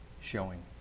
Showing